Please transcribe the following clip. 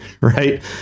right